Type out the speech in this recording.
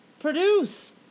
produce